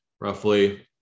roughly